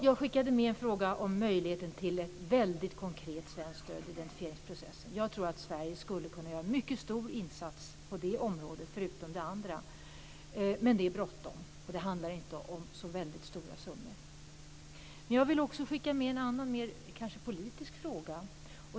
Jag skickade med en fråga om möjligheten till ett konkret svenskt stöd i identifieringsprocessen. Jag tror att Sverige skulle kunna göra en mycket stor insats på det området, förutom det andra. Men det är bråttom, och det handlar inte om så stora summor. Jag vill också skicka med en annan, kanske mer politisk fråga.